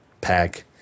pack